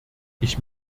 ich